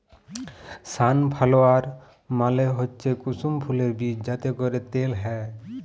sunflower মালে হচ্যে কুসুম ফুলের বীজ যাতে ক্যরে তেল হ্যয়